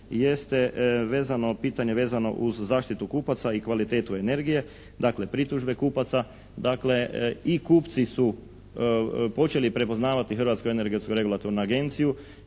pitanje vezano uz zaštitu kupaca i kvalitetu energije, dakle pritužbe kupaca. I kupci su počeli prepoznavati Hrvatsku energetsku regulatornu agenciju.